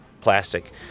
plastic